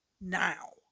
Now